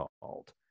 called